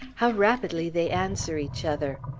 how rapidly they answer each other!